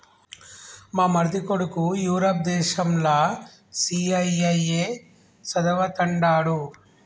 మా మరిది కొడుకు యూరప్ దేశంల సీఐఐఏ చదవతండాడు